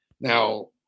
Now